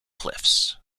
cliffs